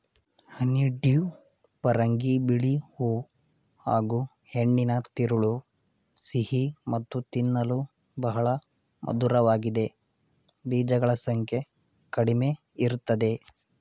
honeydew ಪರಂಗಿ ಬಿಳಿ ಹೂ ಹಾಗೂಹೆಣ್ಣಿನ ತಿರುಳು ಸಿಹಿ ಮತ್ತು ತಿನ್ನಲು ಬಹಳ ಮಧುರವಾಗಿದೆ ಬೀಜಗಳ ಸಂಖ್ಯೆ ಕಡಿಮೆಇರ್ತದೆ